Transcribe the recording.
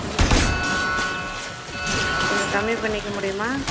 ஒரு கிலோ ஆ ஆ கொஞ்சம் கம்மி பண்ணிக்க முடியுமா